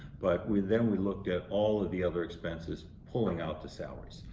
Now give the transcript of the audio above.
but we then we looked at all of the other expenses, pulling out the salaries,